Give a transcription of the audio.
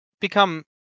become